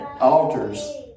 Altars